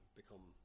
become